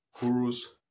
gurus